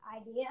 idea